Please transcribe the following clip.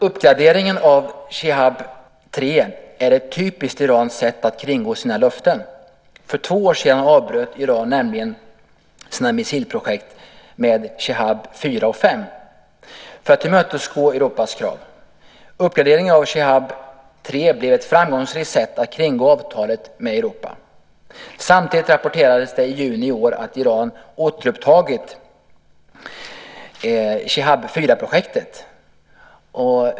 Uppgraderingen av Shihab 3 är ett typiskt iranskt sätt att kringgå sina löften. För två år sedan avbröt nämligen Iran sina missilprojekt med Shihab-4 och Shihab-5 för att tillmötesgå Europas krav. Uppgraderingen av Shihab-3 blev ett framgångsrikt sätt att kringgå avtalet med Europa. Samtidigt rapporterades det i juni i år att Iran återupptagit Shihab-4-projektet.